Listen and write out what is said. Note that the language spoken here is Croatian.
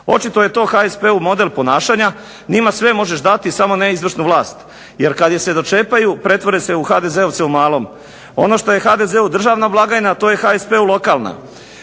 Očito je to HSP-u model ponašanja. Njima sve možeš dati samo ne izvršnu vlast. Jer kad je se dočepaju pretvore se u HDZ-ovce u malom. Ono što je HDZ-u državna blagajna to je HSP-u lokalna.